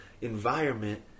environment